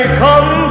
come